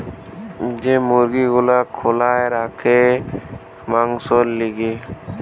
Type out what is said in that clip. যে মুরগি গুলা খোলায় রাখে মাংসোর লিগে